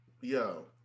yo